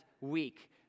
week